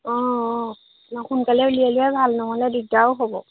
অ অ সোনকালে উলিয়াই লোৱাই ভাল নহ'লে দিগদাৰো হ'ব